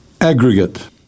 Aggregate